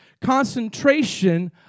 concentration